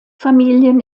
familien